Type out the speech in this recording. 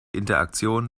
interaktion